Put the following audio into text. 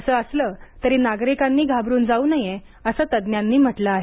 असं असलं तरी नागरिकांनी घाबरून जाऊ नये असं तज्ज्ञांनी म्हटलं आहे